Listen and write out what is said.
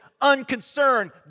unconcerned